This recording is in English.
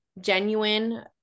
genuine